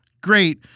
Great